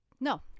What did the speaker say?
no